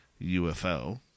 UFO